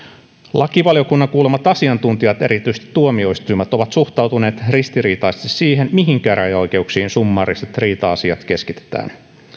lakivaliokunnan kuulemat asiantuntijat erityisesti tuomioistuimet ovat suhtautuneet ristiriitaisesti siihen mihin käräjäoikeuksiin summaariset riita asiat keskitetään